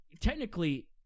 technically